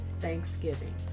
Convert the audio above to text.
Thanksgiving